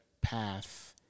path